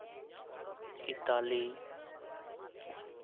Italy